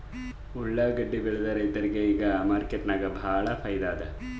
ಉಳ್ಳಾಗಡ್ಡಿ ಬೆಳದ ರೈತರಿಗ ಈಗ ಮಾರ್ಕೆಟ್ನಾಗ್ ಭಾಳ್ ಫೈದಾ ಅದಾ